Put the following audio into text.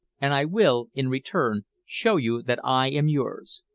and i will, in return, show you that i am yours.